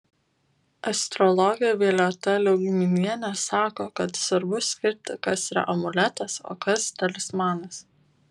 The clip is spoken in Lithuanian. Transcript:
astrologė violeta liaugminienė sako kad svarbu skirti kas yra amuletas o kas talismanas